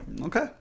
Okay